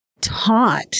taught